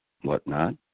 whatnot